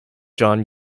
jon